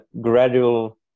gradual